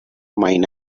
mine